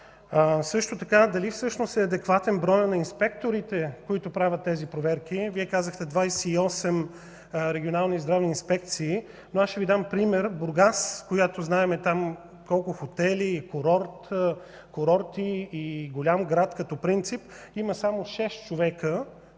е адекватен броят на инспекторите, които правят тези проверки? Вие казахте 28 регионални здравни инспекции. Ще Ви дам пример – Бургас, където знаем там колко хотели и курорти има – голям град по принцип, има само шест човека.